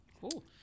Cool